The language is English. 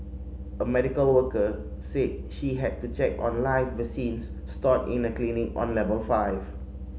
a medical worker said she had to check on live vaccines stored in a clinic on level five